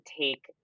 take